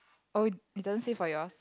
oh it doesn't say for yours